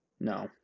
No